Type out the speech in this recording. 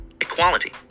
equality